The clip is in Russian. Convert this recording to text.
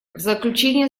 заключение